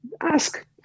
ask